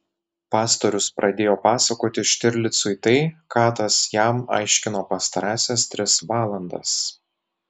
pastorius pradėjo pasakoti štirlicui tai ką tas jam aiškino pastarąsias tris valandas